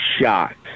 shocked